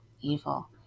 evil